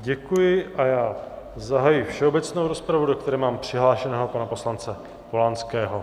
Děkuji a zahajuji všeobecnou rozpravu, do kterého mám přihlášeného pana poslance Polanského.